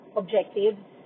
objectives